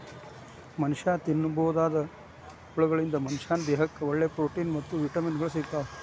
ಮನಷ್ಯಾ ತಿನ್ನಬೋದಾದ ಹುಳಗಳಿಂದ ಮನಶ್ಯಾನ ದೇಹಕ್ಕ ಒಳ್ಳೆ ಪ್ರೊಟೇನ್ ಮತ್ತ್ ವಿಟಮಿನ್ ಗಳು ಸಿಗ್ತಾವ